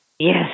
Yes